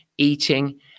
eating